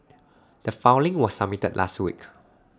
the filing was submitted last week